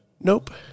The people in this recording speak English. Nope